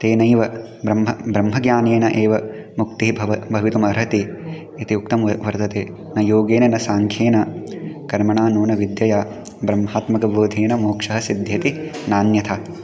तेनैव ब्रह्म ब्रह्मज्ञानेन एव मुक्तिः भवति भवितुमर्हति इति उक्तं वर्तते न योगेन न साङ्ख्येन कर्मणा नूनं विद्यया ब्रह्मात्मक बोधेन मोक्षः सिध्यति नान्यथा